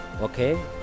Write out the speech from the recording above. okay